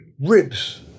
ribs